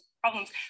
problems